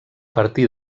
partir